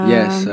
Yes